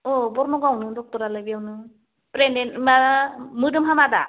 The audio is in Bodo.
अ बर्मागावआवनो ड'क्टरआलाय बेवनो प्रेगनेन्ट मा मोदोम हामा दा